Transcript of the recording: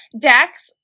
Dex